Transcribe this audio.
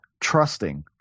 trusting